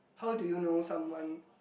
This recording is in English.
how do you know someone